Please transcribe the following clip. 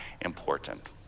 important